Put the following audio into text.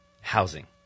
housing